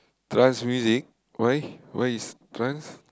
trance music why what is trance